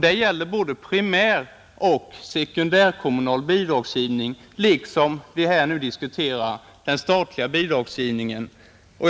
Det gäller både primäroch sekundärkommunal bidragsgivning och den statliga bidragsgivningen, som vi nu diskuterar.